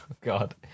God